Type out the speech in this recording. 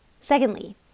Secondly